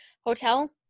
Hotel